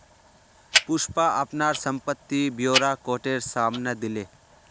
पुष्पा अपनार संपत्ति ब्योरा कोटेर साम न दिले